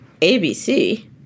ABC